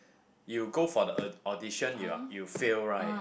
you go for the aud~ audition you are you fail right